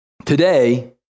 Today